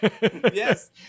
Yes